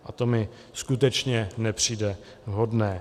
A to mi skutečně nepřijde vhodné.